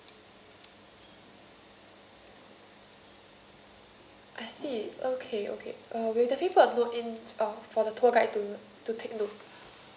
I see okay okay uh where the people are walk in uh for the tour guide to to take note